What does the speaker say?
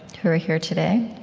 who are here today,